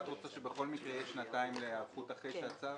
את רוצה שבכל מקרה יהיו שנתיים להיערכות --- כן,